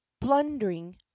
blundering